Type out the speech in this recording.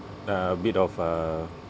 uh a bit of uh